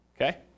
okay